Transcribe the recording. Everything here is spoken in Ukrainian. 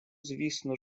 звісно